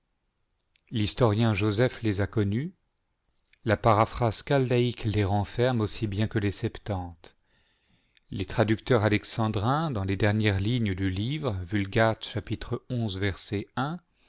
l'historien josèphe les a connus la paraphrase chaldaique les renferme aussi bien que les septante les traducteurs alexandrins dans les dernières lignes du livre vulg